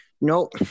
Nope